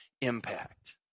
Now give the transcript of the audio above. impact